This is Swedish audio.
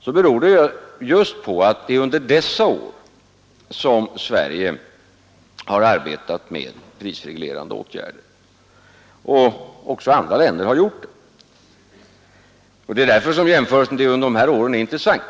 så beror det just på att det är under dessa år som Sverige — och även andra länder — har arbetat med prisreglerande åtgärder. Det är därför som jämförelsen under de åren är intressant.